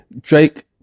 Drake